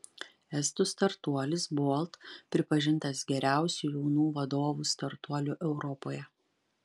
estų startuolis bolt pripažintas geriausiu jaunų vadovų startuoliu europoje